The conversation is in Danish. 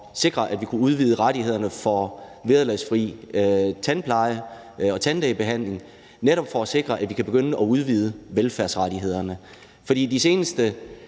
sikre, at vi kunne udvide rettighederne for vederlagsfri tandpleje og tandlægebehandling, netop for at sikre, at vi kan begynde at udvide velfærdsrettighederne. For de seneste